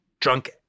drunk